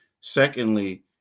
Secondly